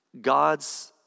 God's